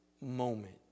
moment